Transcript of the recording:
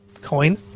coin